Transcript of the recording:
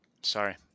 Sorry